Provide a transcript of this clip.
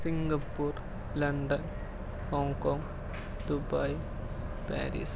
Singapore London Hong Kong Dubai Paris